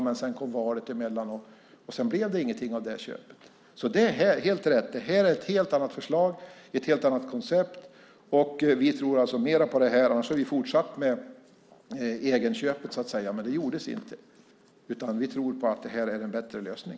Men sedan kom valet emellan, och det blev inget av det köpet. Det är helt rätt att detta är ett helt annat förslag och ett helt annat koncept. Vi tror mer på detta, annars hade vi fortsatt med egenköpet. Men det gjordes inte, för vi tror att detta är en bättre lösning.